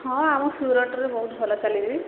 ହଁ ଆମ ସୁରଟରେ ବହୁତ ଭଲ ଚାଲେ ବି